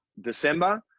December